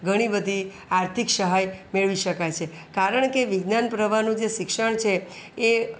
ઘણી બધી આર્થિક સહાય મેળવી શકાય છે કારણ કે વિજ્ઞાન પ્રવાહનું જે શિક્ષણ છે એ